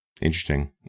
interesting